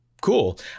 cool